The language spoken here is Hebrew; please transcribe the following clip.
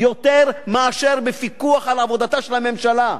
יותר מאשר בפיקוח על עבודתה של הממשלה.